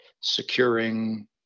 securing